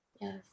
Yes